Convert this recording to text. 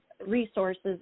resources